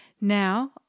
Now